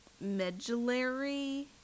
medullary